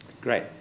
Great